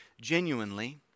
genuinely